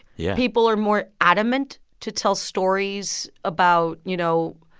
yeah. people are more adamant to tell stories about, you know,